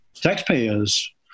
Taxpayers